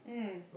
mmhmm